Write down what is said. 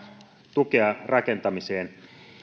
tukea rakentamiseen